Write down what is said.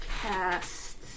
cast